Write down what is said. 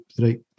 right